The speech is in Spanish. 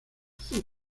azur